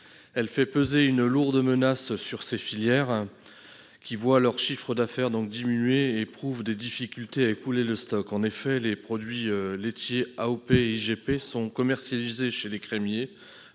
Elle fait peser une lourde menace sur ces filières, qui voient leurs chiffres d'affaires diminuer et éprouvent des difficultés à écouler leurs stocks. En effet, les produits laitiers AOP et IGP sont commercialisés chez les